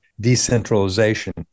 decentralization